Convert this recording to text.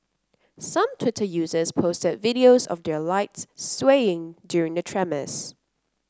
some Twitter users posted videos of their lights swaying during the tremors